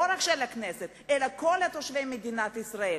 לא רק של הכנסת, אלא של כל תושבי מדינת ישראל.